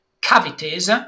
cavities